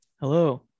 Hello